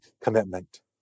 commitment